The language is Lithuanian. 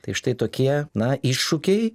tai štai tokie na iššūkiai